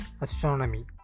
astronomy